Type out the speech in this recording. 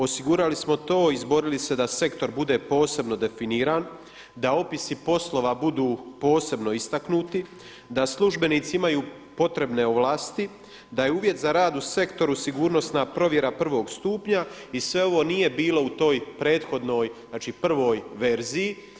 Osigurali smo to, izborili se da sektor bude posebno definiran, da opisi poslova budu posebno istaknuti, da službenici imaju potrebne ovlasti, da je uvjet za rad u sektoru sigurnosna provjera prvog stupanja i sve ovo nije bilo u toj prethodnoj, znači prvoj verziji.